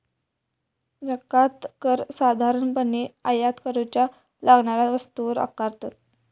जकांत कर साधारणपणे आयात करूच्या लागणाऱ्या वस्तूंवर आकारतत